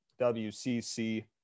WCC